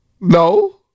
No